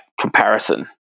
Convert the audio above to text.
comparison